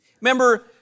Remember